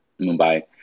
Mumbai